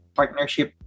partnership